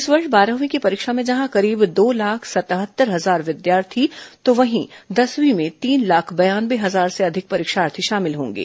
इस वर्ष बारहवीं की परीक्षा में जहां करीब दो लाख सतहत्तर हजार विद्यार्थी तो वहीं दसवीं में तीन लाख बयानवे हजार से अधिक परीक्षार्थी शामिल होंगे